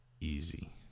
easy